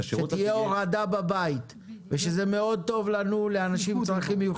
שתהיה הורדה בבית ושזה מאוד טוב לאנשים עם צרכים מיוחדים.